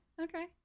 okay